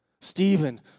Stephen